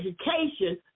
education